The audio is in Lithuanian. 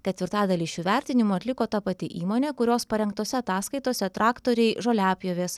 ketvirtadalį šių vertinimų atliko ta pati įmonė kurios parengtose ataskaitose traktoriai žoliapjovės